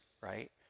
right